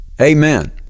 Amen